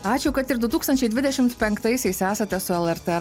ačiū kad ir du tūkstančiai dvidešim penktaisiais esate su lrt